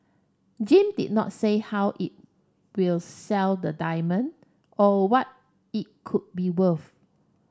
Gem did not say how it will sell the diamond or what it could be